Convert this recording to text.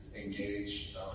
engage